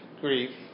grief